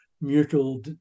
mutual